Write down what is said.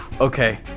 Okay